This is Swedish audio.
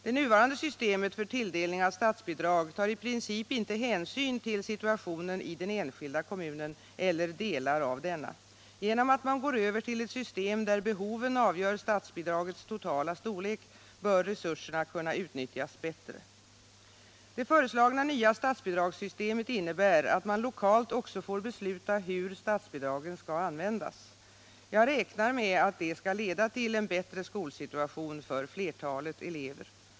Det nuvarande systemet för tilldelning av statsbidrag tar i princip inte hänsyn till situationen i den enskilda kommunen eller delar av denna. Genom att man går över till ett system där behoven avgör statsbidragets totala storlek bör resurserna kunna utnyttjas bättre. Det föreslagna nya statsbidragssystemet innebär att man lokalt också får besluta hur statsbidragen skall användas. Jag räknar med att detta skall leda till en bättre skolsituation för flertalet elever.